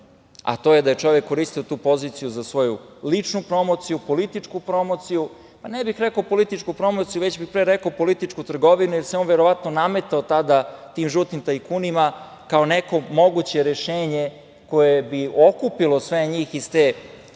a to je da je čovek koristio tu poziciju za svoju ličnu poziciju, političku promociju, pa ne bih rekao političku promociju, pre bih rekao političku trgovinu jer se on verovatno nametao tada tim žutim tajkunima, a kao neko moguće rešenje koje bi okupilo sve njih iz te